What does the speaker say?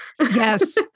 Yes